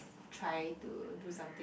try to do something